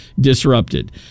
disrupted